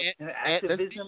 Activism